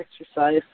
exercise